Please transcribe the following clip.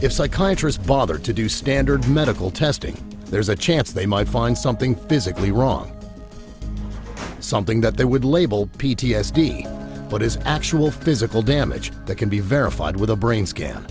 if psychiatry's bother to do standard medical testing there's a chance they might find something physically wrong something that they would label p t s d but is actual physical damage that can be verified with a brain scan